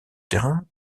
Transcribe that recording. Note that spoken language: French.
terrain